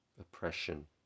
oppression